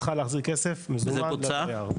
צריכה להחזיר כסף מזומן לדייר.